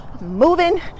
moving